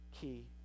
key